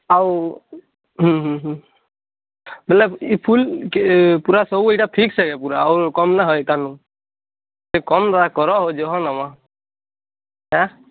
ଆଉ ହୁଁ ହୁଁ ହୁଁ ବୋଲେ ଇ ଫୁଲ୍କେ ପୁରା ସବୁ ଏଇଟା ଫିକ୍ସ୍ ହେ ପୁରା ଅର୍ କମ୍ ହଏ ତାନୁ କମ୍ ବା କର ଯହ ନଁବା ଆଁ